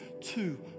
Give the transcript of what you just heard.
two